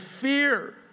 fear